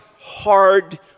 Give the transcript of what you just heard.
hard